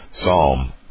Psalm